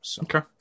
Okay